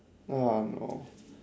uh ah no